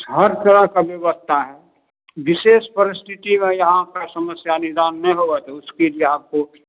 हर तरह का व्यवस्था है विशेष परिस्थिति का यहाँ पर समस्या निदान ने हुआ उसकी भी आपको